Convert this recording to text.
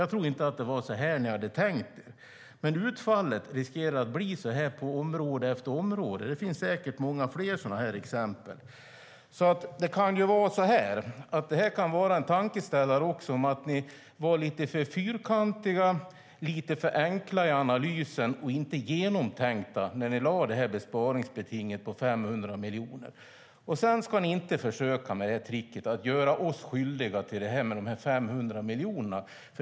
Jag tror inte att det var så ni hade tänkt er det. Men det riskerar att bli utfallet på område efter område. Det finns säkert många fler sådana exempel. Det här kan också vara en tankeställare om att ni var lite för fyrkantiga, lite för enkla i analysen, att det här besparingsbetinget på 500 miljoner inte var genomtänkt. Sedan ska ni inte försöka med tricket att göra oss skyldiga till det här med de 500 miljonerna.